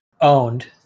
owned